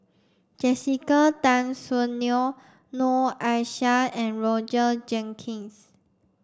Jessica Tan Soon Neo Noor Aishah and Roger Jenkins